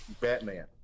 Batman